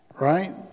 Right